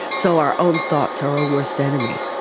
so our own thoughts are our worst enemy.